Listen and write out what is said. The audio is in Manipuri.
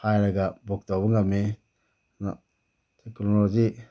ꯍꯥꯏꯔꯒ ꯕꯨꯛ ꯇꯧꯕ ꯉꯝꯃꯤ ꯑꯗꯨꯅ ꯇꯦꯛꯅꯣꯂꯣꯖꯤ